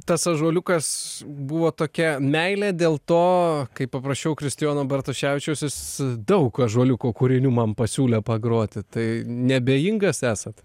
tas ąžuoliukas buvo tokia meilė dėl to kaip paprašiau kristijono bartoševičiaus jis daug ąžuoliuko kūrinių man pasiūlė pagroti tai neabejingas esat